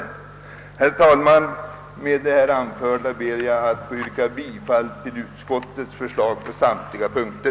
Herr talman! Med det anförda ber jag att få yrka bifall till utskottets förslag på samtliga punkter.